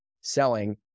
selling